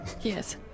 Yes